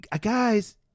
guys